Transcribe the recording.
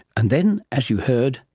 and then, as you heard,